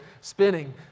Spinning